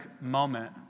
moment